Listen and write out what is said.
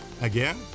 Again